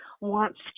wants